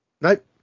Nope